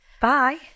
Bye